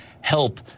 help